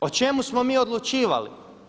O čemu smo mi odlučivali?